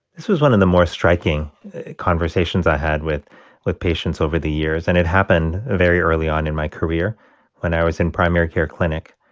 this was one of the more striking conversations i had with with patients over the years. and it happened very early on in my career when i was in primary care clinic,